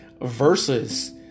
versus